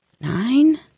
Nine